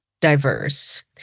diverse